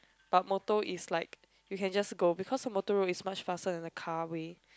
but motor is like you can just go because the motor road is much faster in a car way